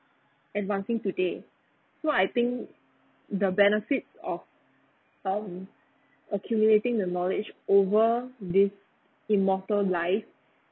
advancing today so I think the benefit of um accumulating the knowledge over this immortal life